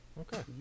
Okay